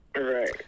Right